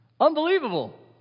Unbelievable